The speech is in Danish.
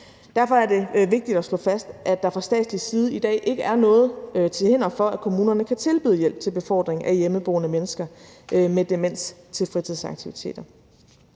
Derfor er det vigtigt at slå fast, at der fra statslig side i dag ikke er noget til hinder for, at kommunerne kan tilbyde hjælp til befordring af hjemmeboende mennesker med demens til fritidsaktiviteter.